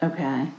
Okay